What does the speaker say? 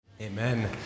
Amen